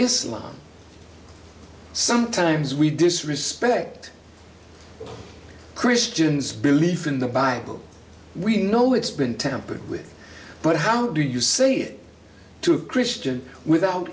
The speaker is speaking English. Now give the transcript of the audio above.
islam sometimes we disrespect christians belief in the bible we know it's been tampered with but how do you say it to a christian without